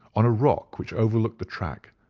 on a rock which overlooked the track,